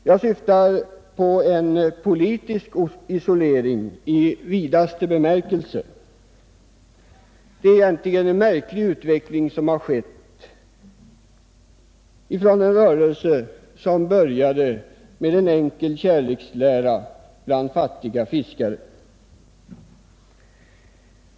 Jag syftar på en politisk isolering i vidaste bemärkelse. Det är egentligen en märklig utveckling som har skett från en rörelse som började med en enkel kärlekslära bland fattiga fiskare.